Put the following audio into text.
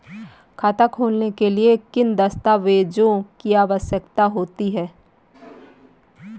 खाता खोलने के लिए किन दस्तावेजों की आवश्यकता होती है?